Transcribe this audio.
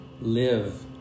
live